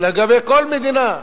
לגבי כל מדינה,